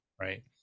right